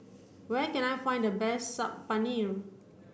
where can I find the best Saag Paneer